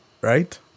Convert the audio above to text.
right